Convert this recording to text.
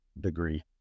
degree